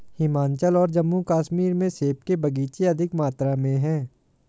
हिमाचल और जम्मू कश्मीर में सेब के बगीचे अधिक मात्रा में है